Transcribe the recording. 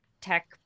tech